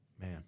man